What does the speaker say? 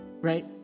Right